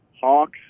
Hawks